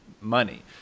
money